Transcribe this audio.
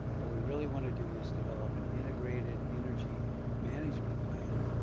what we really want to do is develop an integrated energy management plan,